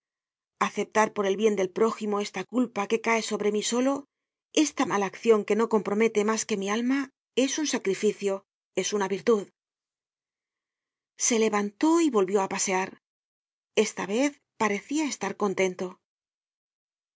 aceptar por el bien del prójimo esta culpa que cae sobre mí solo esta mala accion que no compromete mas que mi alma es un sacrificio es una virtud content from google book search generated at se levantó y volvió á pasear esta vez parecia estar contento